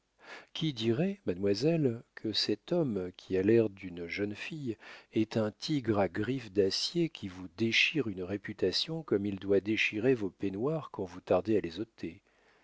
qui dirait mademoiselle que cet homme qui a l'air d'une jeune fille est un tigre à griffes d'acier qui vous déchire une réputation comme il doit déchirer vos peignoirs quand vous tardez à les ôter